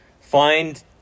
find